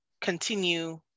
continue